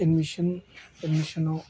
admission एडमिसनाव